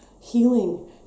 healing